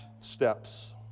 steps